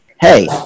hey